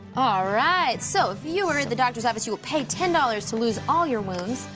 alright, so. if you are at the doctor's office, you will pay ten dollars to lose all your wounds,